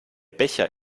becher